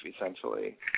essentially